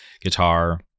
guitar